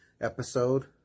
episode